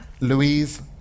Louise